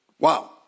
Wow